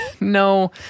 No